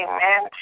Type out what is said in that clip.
Amen